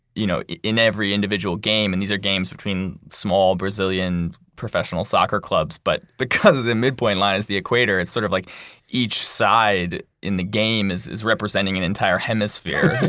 you know in every individual game, and these are games between small brazilian professional soccer clubs. but because of the mid-point line, it's the equator, it's sort of like each side in the game is is representing an entire hemisphere.